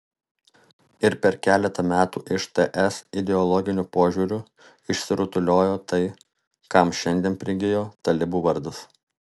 ir per keletą metų iš ts ideologiniu požiūriu išsirutuliojo tai kam šiandien prigijo talibų vardas